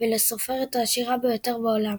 ולסופרת העשירה ביותר בעולם.